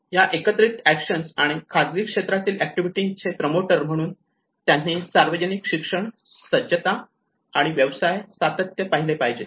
या एकत्रित एक्शन आणि खाजगी क्षेत्रातील ऍक्टिव्हिटी चे प्रमोटर म्हणून त्यांनी सार्वजनिक शिक्षण सज्जता आणि व्यवसाय सातत्य पाहिले पाहिजे